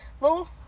little